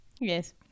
Yes